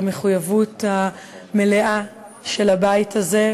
למחויבות המלאה של הבית הזה,